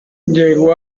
llegó